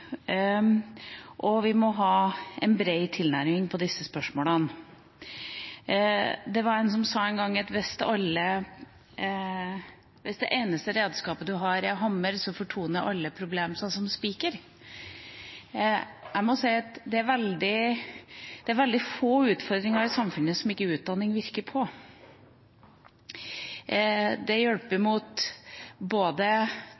Vi må ha en bred tilnærming til disse spørsmålene. Det var en som en gang sa at hvis det eneste redskapet man har er en hammer, fortoner alle problemer seg som spiker. Jeg må si at det er veldig få utfordringer i samfunnet som ikke utdanning virker på. Det hjelper både